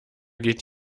geht